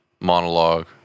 monologue